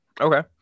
Okay